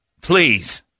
please